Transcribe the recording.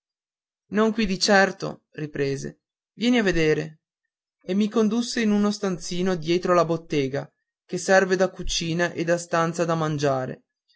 non qui di certo riprese vieni a vedere e mi condusse in uno stanzino dietro la bottega che serve da cucina e da stanza da mangiare